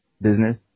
business